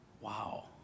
Wow